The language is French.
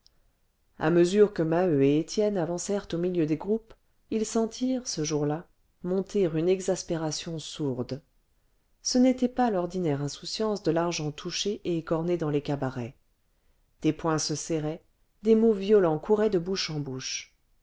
a mesure que maheu et étienne avancèrent au milieu des groupes ils sentirent ce jour-là monter une exaspération sourde ce n'était pas l'ordinaire insouciance de l'argent touché et écorné dans les cabarets des poings se serraient des mots violents couraient de bouche en bouche